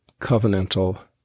covenantal